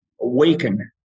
Awaken